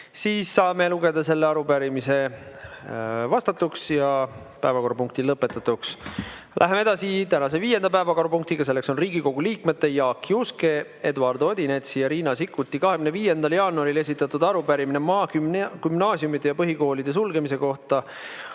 Saame lugeda selle arupärimise vastatuks ja päevakorrapunkti lõpetatuks. Lähme edasi tänase viienda päevakorrapunktiga: Riigikogu liikmete Jaak Juske, Eduard Odinetsi ja Riina Sikkuti 25. jaanuaril esitatud arupärimine maagümnaasiumide ja ‑põhikoolide sulgemise kohta.